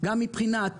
גם מבחינת